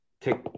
take